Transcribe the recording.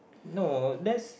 no that's